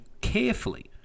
carefully